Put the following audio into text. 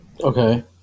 Okay